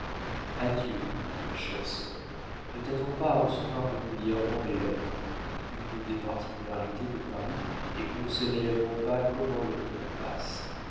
adieu ma chère sœur ne t'attends pas à recevoir régulièrement mes lettres une des particularités de paris est qu'on ne sait réellement pas comment le temps passe